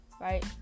right